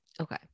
Okay